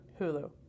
Hulu